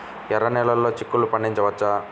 ఎర్ర నెలలో చిక్కుల్లో పండించవచ్చా?